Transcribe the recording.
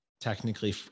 technically